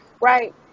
right